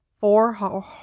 four